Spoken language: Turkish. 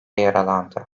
yaralandı